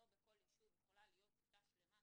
לא בכל ישוב יכולה להיות כיתה שלמה,